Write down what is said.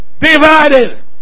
divided